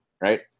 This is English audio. right